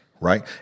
right